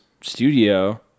studio